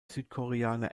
südkoreaner